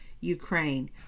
Ukraine